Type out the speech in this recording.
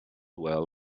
well